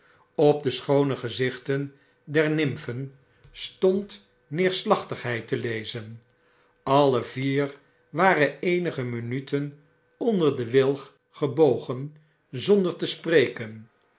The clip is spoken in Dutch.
op de schoone gezichten der nimfen stond neerslachtigheid te lezen alle vier waren eenige minuten onder den wilg gebogen zonder te spreken